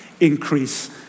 increase